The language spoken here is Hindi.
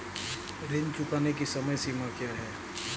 ऋण चुकाने की समय सीमा क्या है?